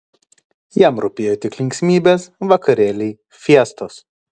jam rūpėjo tik linksmybės vakarėliai fiestos